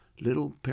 little